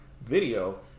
Video